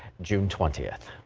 june twentieth.